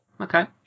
Okay